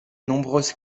nombreuses